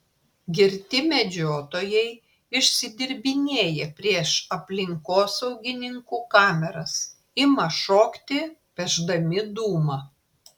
girti medžiotojai išsidirbinėja prieš aplinkosaugininkų kameras ima šokti pešdami dūmą